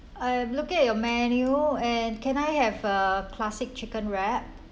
I am looking at your menu and can I have a classic chicken wrap